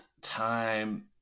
time